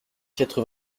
quatre